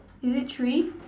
is it three